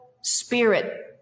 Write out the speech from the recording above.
spirit